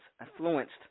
influenced